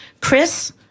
Chris